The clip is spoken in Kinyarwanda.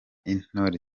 intore